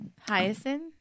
Hyacinth